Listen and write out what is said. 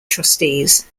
trustees